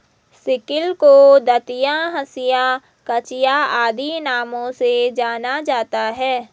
sickle को दँतिया, हँसिया, कचिया आदि नामों से जाना जाता है